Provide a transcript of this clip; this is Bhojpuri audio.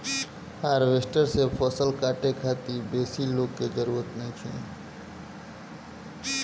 हार्वेस्टर से फसल काटे खातिर बेसी आदमी के जरूरत नइखे